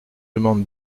demande